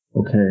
okay